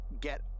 get